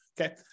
okay